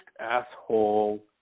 asshole